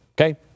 Okay